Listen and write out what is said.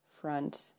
Front